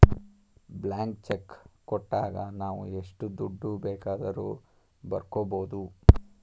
blank cheque ಕೊಟ್ಟಾಗ ನಾವು ಎಷ್ಟು ದುಡ್ಡು ಬೇಕಾದರೂ ಬರ್ಕೊ ಬೋದು